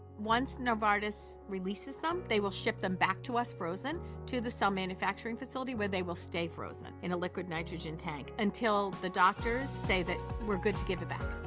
once novartis releases them they will ship them back to us frozen to the cell manufacturing facility where they will stay frozen in a liquid nitrogen tank until doctors say that we're good to give it back.